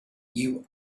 you